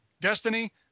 Destiny